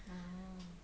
ah